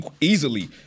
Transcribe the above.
easily